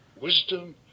wisdom